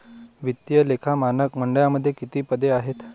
वित्तीय लेखा मानक मंडळामध्ये किती पदे आहेत?